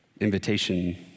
invitation